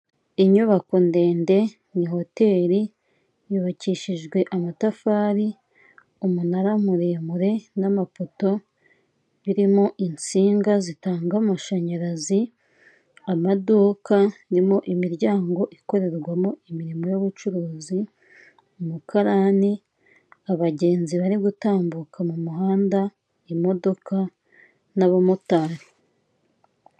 Inyubako ndende ni hoteri yubakishijwe amatafari, umunara muremure n'amapoto birimo insinga zitanga amashanyarazi, amaduka arimo imiryango ikorerwamo imirimo y'ubucuruzi, umukarani, abagenzi bari gutambuka mu muhanda, imodoka n'abamotari.